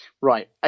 Right